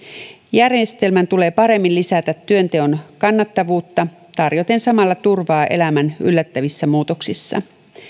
järjestelmän tulee paremmin lisätä työnteon kannattavuutta tarjoten samalla turvaa elämän yllättävissä muutoksissa